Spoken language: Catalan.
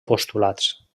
postulats